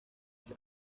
ich